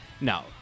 No